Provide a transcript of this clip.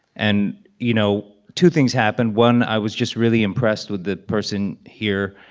and you know, two things happened. one, i was just really impressed with the person here.